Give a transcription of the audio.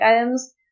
items